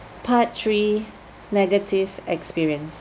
part three negative experience